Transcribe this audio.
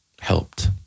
helped